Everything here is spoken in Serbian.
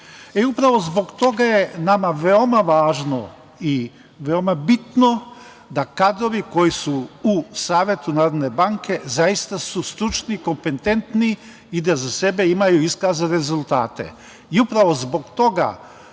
zbog toga je nama veoma važno i veoma bitno da kadrovi koji su u Savetu Narodne banke zaista su stručni, kompetentni i da za sebe imaju iskazane rezultate i upravo zbog toga